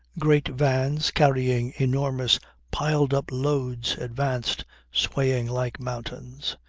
great vans carrying enormous piled-up loads advanced swaying like mountains.